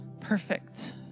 perfect